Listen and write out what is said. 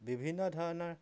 বিভিন্ন ধৰণৰ